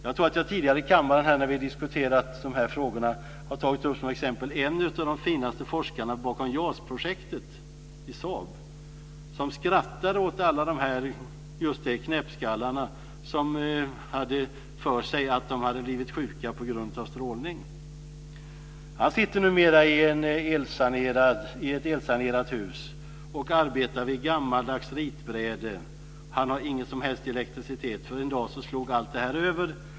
Jag tror att jag tidigare i kammaren, när vi har diskuterat de här frågorna, har tagit upp som exempel en av de finaste forskarna bakom Jas-projektet i Saab, som skrattade åt alla de här knäppskallarna som hade för sig att de hade blivit sjuka på grund av strålning. Han sitter numera i ett elsanerat hus och arbetar vid ett gammaldags ritbräde. Han har ingen som helst elektricitet. En dag slog nämligen allt det här över.